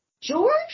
George